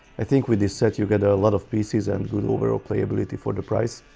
i think with this set you get a lot of pieces and good overall playability for the price,